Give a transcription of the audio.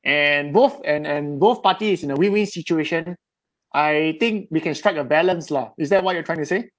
and both and and both parties is in a win win situation I think we can strike a balance lah is that what you're trying to say